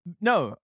no